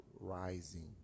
rising